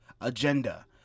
Agenda